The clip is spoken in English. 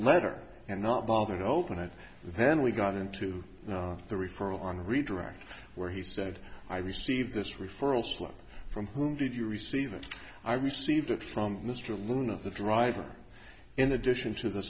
letter and not bother to open it then we got into the referral on redirect where he said i received this referral slip from whom did you receive it i received it from mr loon of the driver in addition to th